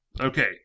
Okay